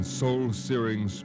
soul-searing